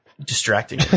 distracting